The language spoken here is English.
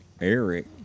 Eric